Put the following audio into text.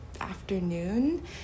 afternoon